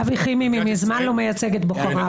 אבי חימי מזמן לא מייצג את בוחריו.